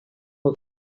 molt